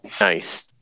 Nice